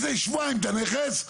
לפני שבועיים את הנכס,